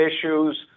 issues